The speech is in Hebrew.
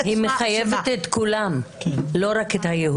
עצמה --- היא מחייבת את כולם, לא רק את היהודים.